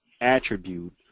attribute